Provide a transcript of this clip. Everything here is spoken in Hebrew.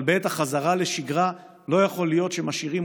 אבל בעת החזרה לשגרה לא יכול להיות שמשאירים